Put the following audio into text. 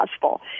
possible